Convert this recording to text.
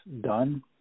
done